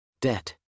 Debt